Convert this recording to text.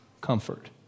comfort